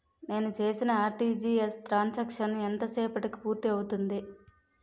నేను చేసిన RTGS transaction ఎంత సేపటికి పూర్తి అవుతుంది?